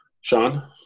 Sean